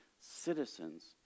citizens